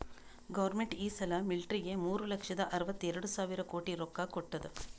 government ಈ ಸಲಾ ಮಿಲ್ಟ್ರಿಗ್ ಮೂರು ಲಕ್ಷದ ಅರ್ವತ ಎರಡು ಸಾವಿರ ಕೋಟಿ ರೊಕ್ಕಾ ಕೊಟ್ಟಾದ್